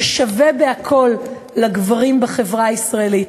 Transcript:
ששווה בכול לגברים בחברה הישראלית.